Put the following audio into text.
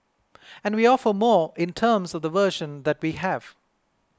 and we offer more in terms of the version that we have